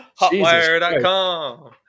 Hotwire.com